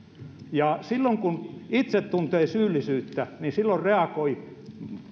ja silloin kun itse tuntee syyllisyyttä niin silloin reagoi